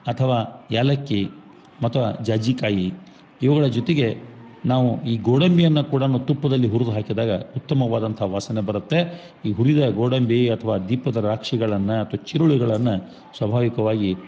ಅಥವ ಏಲಕ್ಕಿ ಅಥ್ವ ಜಾಜಿಕಾಯಿ ಇವುಗಳ ಜೊತೆಗೆ ನಾವು ಈ ಗೋಡಂಬಿಯನ್ನ ಕೂಡ ನಾವು ತುಪ್ಪದಲ್ಲಿ ಹುರ್ದು ಹಾಕಿದಾಗ ಉತ್ತಮವಾದಂಥ ವಾಸನೆ ಬರುತ್ತೆ ಈ ಹುಲಿದ ಗೋಡಂಬಿ ಅಥ್ವ ದೀಪದ ರಾಕ್ಷಿಗಳನ್ನ ಅಥ್ವ ಚಿರುಳ್ಳಿಗಳನ್ನ ಸ್ವಾಭಾವಿಕವಾಗಿ